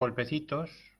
golpecitos